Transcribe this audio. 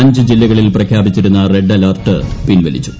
അഞ്ച് ജില്ലകളിൽ പ്രഖ്യാപിച്ചിരുന്ന റെഡ് അലർട്ട് പിൻവലിച്ചു